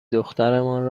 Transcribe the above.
دخترمان